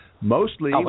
Mostly